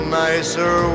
nicer